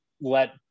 let